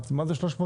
שאלתי, מה זה 380?